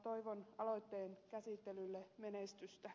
toivon aloitteen käsittelylle menestystä